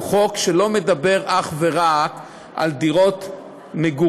הוא חוק שלא מדבר אך ורק על דירות מגורים,